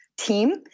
team